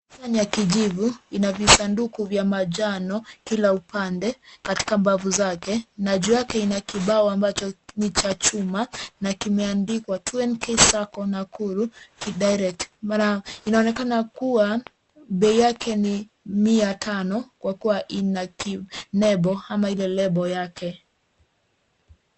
Nisani ya kijivu ina visanduku vya manjano kila upande katika mbavu zake na juu kina kibao ambacho ni cha chuma na kimeandikwa 2NK SACCO NAKURU DIRECT. Inaonekana kuwa bei yake ni mia tano kwa kuwa ina kinebo ama ile lebo yake.